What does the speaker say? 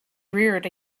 reared